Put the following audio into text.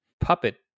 Puppet